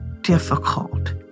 difficult